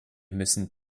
müssen